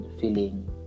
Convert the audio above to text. feeling